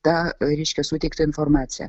tą reiškia suteiktą informaciją